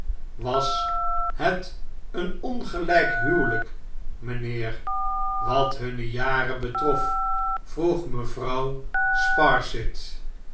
was het een ongelijk huwelijk mijnheer wat hunne jaren betrof vroeg mevrouw